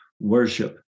worship